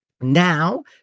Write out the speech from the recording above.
Now